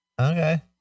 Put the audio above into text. Okay